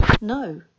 No